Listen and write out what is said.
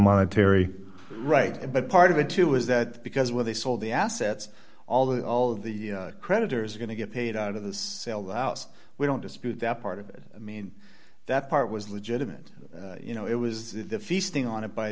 monetary right but part of it too was that because where they sold the assets all the all the creditors are going to get paid out of this sell the house we don't dispute that part of it i mean that part was legitimate you know it was feasting on it by